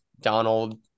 Donald